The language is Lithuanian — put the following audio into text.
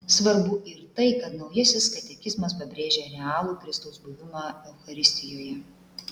svarbu ir tai kad naujasis katekizmas pabrėžia realų kristaus buvimą eucharistijoje